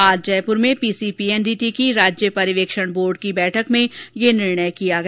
आज जयपुर में पीसीपीएनडीटी की राज्य पर्यवेक्षण बोर्ड की बैठक यह निर्णय किया गया